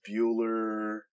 Bueller